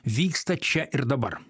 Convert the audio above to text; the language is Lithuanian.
vyksta čia ir dabar